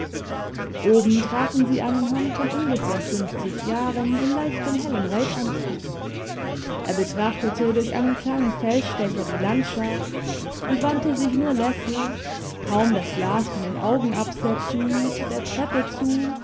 oben trafen sie einen herrn von ungefähr fünfzig jahren in leichtem hellen reitanzug er betrachtete durch einen kleinen feldstecher die landschaft und wandte sich nur lässig kaum das glas von den augen absetzend der treppe zu